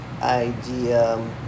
idea